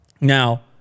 Now